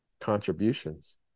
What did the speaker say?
contributions